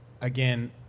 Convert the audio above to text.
again